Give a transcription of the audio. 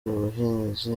ubuhinzi